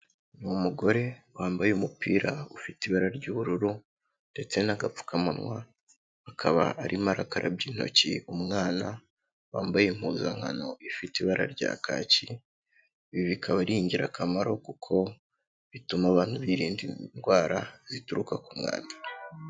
Ni umugore wambaye umupira ufite ibara ry'ubururu ndetse n'agapfukamunwa, akaba arimo arakarabya intoki umwana, wambaye impuzankano ifite ibara rya kaki, ibi bikaba ari ingirakamaro kuko bituma abantu birinda indwara zituruka ku mwanda.